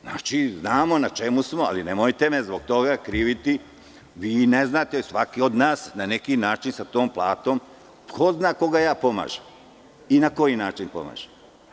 Znači, znamo na čemu smo, ali nemojte me zbog toga kriviti, vi i ne znate, svaki od nas na neki način sa tom platom, ko zna koga ja pomažem i na koji način pomažem.